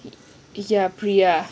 ya priya